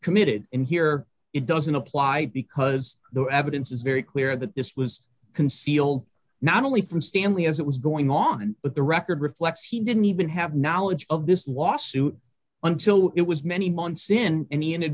committed in here it doesn't apply because the evidence is very clear that this was concealed not only from stanley as it was going on but the record reflects he didn't even have knowledge of this lawsuit until it was many months in any in